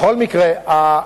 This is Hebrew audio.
בכל אופן,